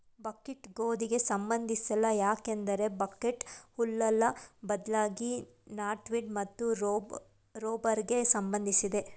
ಬಕ್ wheat ಗೋಧಿಗೆ ಸಂಬಂಧಿಸಿಲ್ಲ ಯಾಕಂದ್ರೆ ಬಕ್ಹ್ವೀಟ್ ಹುಲ್ಲಲ್ಲ ಬದ್ಲಾಗಿ ನಾಟ್ವೀಡ್ ಮತ್ತು ರೂಬಾರ್ಬೆಗೆ ಸಂಬಂಧಿಸಿದೆ